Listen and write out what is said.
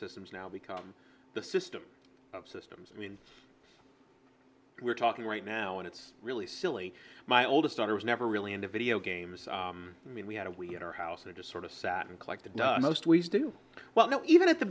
systems now become the system of systems i mean we're talking right now and it's really silly my oldest daughter was never really into video games i mean we had a we in our house they just sort of sat and collected most we do well now even at the